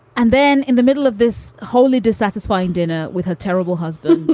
and then in the middle of this wholly dissatisfying dinner with her terrible husband,